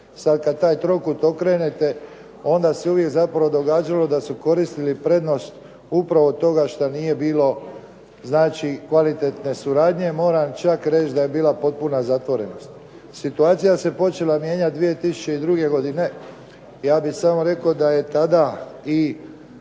Sad kad taj trokut okrenete onda se uvijek zapravo događalo da su koristili prednost upravo toga šta nije bilo znači kvalitetne suradnje. Moram čak reći da je bila potpuna zatvorenost. Situacija se počela mijenjati 2002. godine. Ja bih samo rekao da je tada i